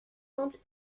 vente